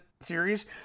series